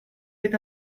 fait